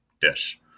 dish